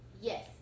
Yes